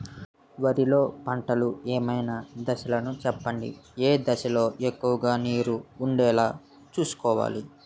వరిలో పంటలు ఏమైన దశ లను చెప్పండి? ఏ దశ లొ ఎక్కువుగా నీరు వుండేలా చుస్కోవలి?